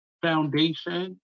foundation